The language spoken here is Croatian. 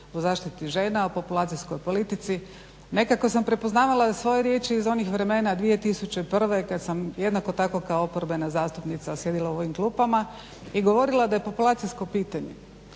o zaštiti žena, o populacijskoj politici. Nekako sam prepoznavala svoje riječi iz onih vremena 2001. kad sam jednako tako kao oporbena zastupnica sjedila u ovim klupama i govorila da je populacijsko pitanje